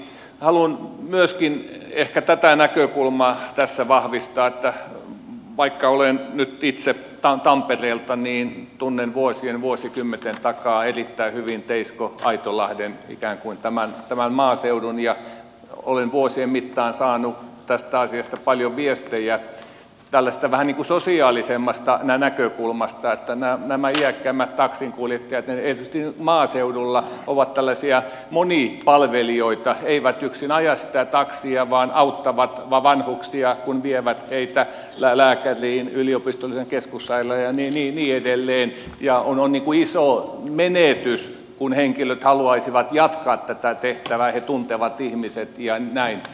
haluan myöskin ehkä tätä näkökulmaa tässä vahvistaa että vaikka itse olen nyt tampereelta niin tunnen vuosien vuosikymmenten takaa erittäin hyvin teisko aitolahden ikään kuin tämän maaseudun ja olen vuosien mittaan saanut tästä asiasta paljon viestejä tällaisesta vähän niin kuin sosiaalisemmasta näkökulmasta että nämä iäkkäämmät taksinkuljettajat erityisesti maaseudulla ovat tällaisia monipalvelijoita eivät yksin aja sitä taksia vaan auttavat vanhuksia kun vievät heitä lääkäriin yliopistolliseen keskussairaalaan ja niin edelleen ja on iso menetys kun henkilöt haluaisivat jatkaa tätä tehtävää he tuntevat ihmiset ja näin